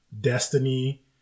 destiny